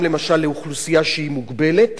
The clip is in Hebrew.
למשל לאוכלוסייה שהיא מוגבלת.